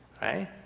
Right